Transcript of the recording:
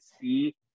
see